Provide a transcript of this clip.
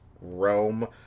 Rome